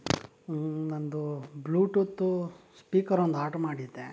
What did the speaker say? ನನ್ನದು Bluetooth speaker ಒಂದು order ಮಾಡಿದ್ದೆ